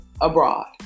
abroad